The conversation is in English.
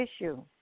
issue